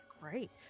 Great